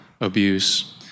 abuse